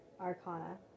Arcana